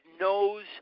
knows